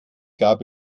gab